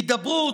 "הידברות",